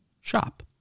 shop